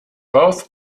both